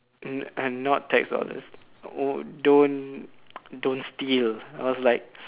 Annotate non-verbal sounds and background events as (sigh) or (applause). uh not tax dollars don't (noise) don't steal I was like